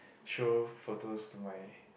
show photos to my